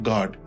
God